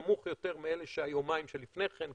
נמוך יותר מאלה של היומיים שלפני כן,